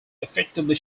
effectively